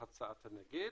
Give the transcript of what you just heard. בהצעת הנגיד,